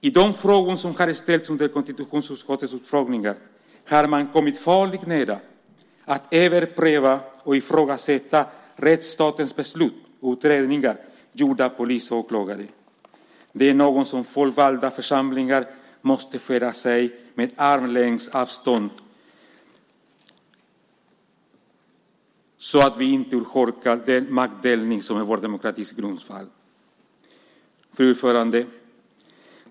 I de frågor som har ställts under konstitutionsutskottets utfrågningar har man kommit farligt nära att överpröva och ifrågasätta rättsstatens beslut och utredningar gjorda av polis och åklagare. Det är något som folkvalda församlingar måste förhålla sig till med armlängds avstånd så att den maktdelning som är vår demokratis grundval inte urholkas. Fru talman!